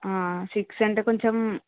six అంటే కొంచెం